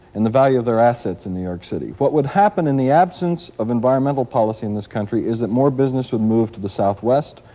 and the value of their assets in new york city. what would happen in the absence of environmental policy in this country is that more business would move to the southwest,